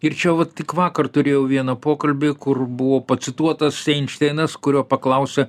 ir čia vat tik vakar turėjau vieną pokalbį kur buvo pacituotas einšteinas kurio paklausė